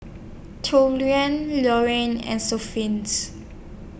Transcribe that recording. Lauren and